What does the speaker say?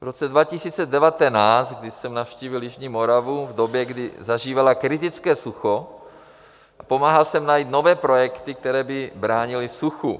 V roce 2019, kdy jsem navštívil jižní Moravu v době, kdy zažívala kritické sucho, pomáhal jsem najít nové projekty, které by bránily suchu.